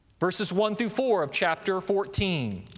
verses one through four of chapter fourteen.